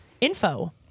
info